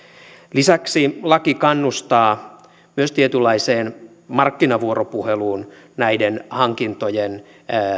lisäksi laki kannustaa myös tietynlaiseen markkinavuoropuheluun näiden hankintojen